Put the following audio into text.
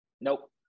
nope